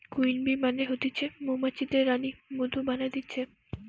queen bee মানে হতিছে মৌমাছিদের রানী মধু বানাতিছে